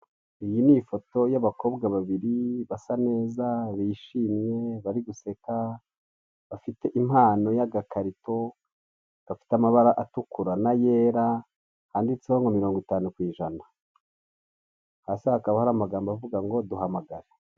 Iyi n'ifoto y'abakobwa babiri basa neza, bishimye, bari guseka bafite impano y'agakarito gafite amabara atukura n'ayera handitseho ngo mirongo itanu ijana, hasi hakaba hariho amagambo avuga ngo duhamagare.